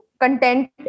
content